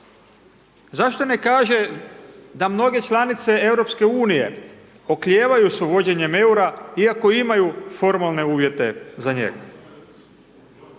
Zašto ne kaže da mnoge članice Europske unije oklijevaju s uvođenjem eura, iako imaju formalne uvijete za njega.